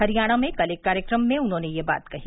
हरियाणा में कल एक कार्यक्रम में उन्होंने यह बात कही